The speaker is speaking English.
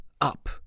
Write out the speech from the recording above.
up